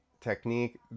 technique